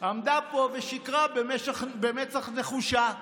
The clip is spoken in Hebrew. עמדה פה ושיקרה במצח נחושה.